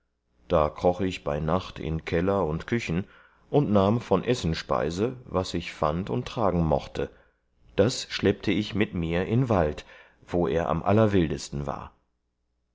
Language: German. da kroch ich bei nacht in keller und küchen und nahm von essenspeise was ich fand und tragen mochte das schleppte ich mit mir in wald wo er am allerwildesten war